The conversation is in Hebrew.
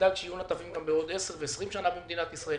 נדאג שיהיו נתבים בעוד 10, 20 שנה במדינת ישראל.